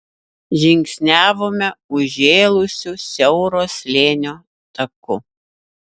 žingsniavome užžėlusiu siauro slėnio taku